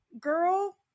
girl